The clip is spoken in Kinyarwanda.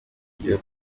iyo